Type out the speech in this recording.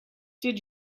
did